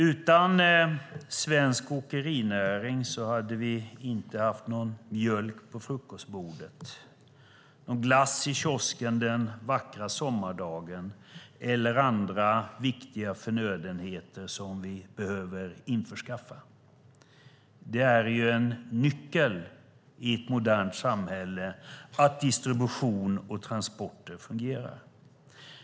Utan svensk åkerinäring hade vi inte haft någon mjölk på frukostbordet, någon glass i kiosken den vackra sommardagen eller andra viktiga förnödenheter som vi behöver införskaffa. Det är en nyckel i ett modernt samhälle att distribution och transporter fungerar.